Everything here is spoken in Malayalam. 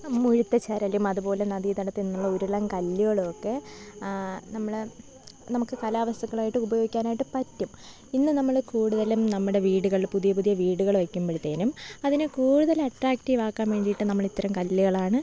മുഴുത്ത ചെരലും അതുപോലെ നദി തടത്തിൽ നിന്നുള്ള ഉരുളൻ കല്ലുകളൊക്കെ നമ്മള് നമുക്ക് കലാവസ്തക്കളായിട്ട് ഉപയോഗിക്കാനായിട്ട് പറ്റും ഇന്ന് നമ്മള് കൂട്തലും നമ്മുടെ വീടുകളില് പുതിയ പുതിയ വീടുകൾ വെക്കുമ്പഴത്തേനും അതിന് കൂടുതൽ അട്ട്രാക്റ്റീവാക്കാൻ വേണ്ടിയിട്ട് നമ്മള് ഇത്തരം കല്ലുകളാണ്